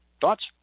Thoughts